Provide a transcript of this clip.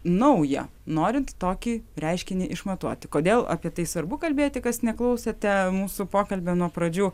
naujo norint tokį reiškinį išmatuoti kodėl apie tai svarbu kalbėti kas neklausėte mūsų pokalbio nuo pradžių